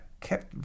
kept